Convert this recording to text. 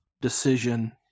decision